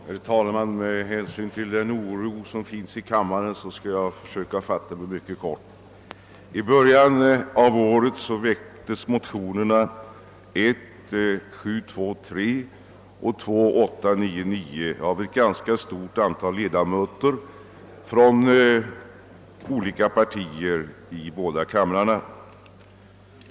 Herr talman! Med hänsyn till den oro som finns i kammaren skall jag försöka att fatta mig mycket kort. I början av året väcktes motionerna I: 723 och 1II:899 av ett ganska stort antal ledamöter från olika partier i de båda kamrarna.